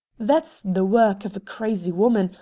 that's the work of a crazy woman,